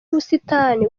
ubusitani